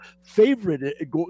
favorite